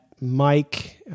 Mike